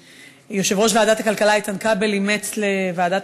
יושב-ראש ועדת הכלכלה איתן כבל אימץ בוועדת